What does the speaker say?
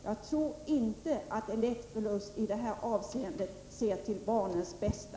Jag tror inte att Electrolux i det här avseendet ser till barnens bästa.